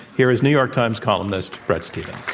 here is new york times columnist, bret stephens.